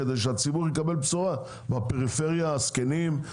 כדי שהציבור בפריפריה הזקנים,